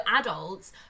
adults